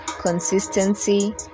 consistency